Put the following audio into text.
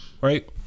right